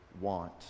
want